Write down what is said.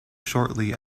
shortly